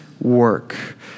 work